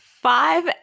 Five